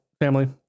family